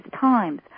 times